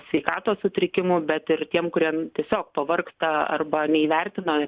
sveikatos sutrikimų bet ir tiem kuriems tiesiog pavargsta arba neįvertina